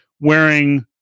wearing